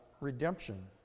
redemption